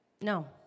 No